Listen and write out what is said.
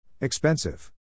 Expensive